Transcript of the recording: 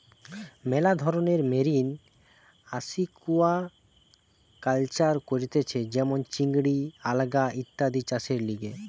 মেলা ধরণের marine aquaculture করতিছে যেমন চিংড়ি, আলগা ইত্যাদি চাষের লিগে